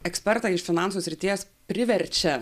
ekspertą iš finansų srities priverčia